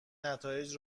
نتایج